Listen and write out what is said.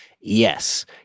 Yes